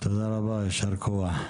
ישר כוח.